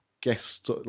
guest